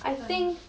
真的